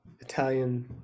italian